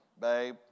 babe